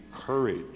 courage